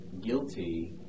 guilty